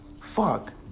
fuck